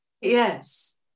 yes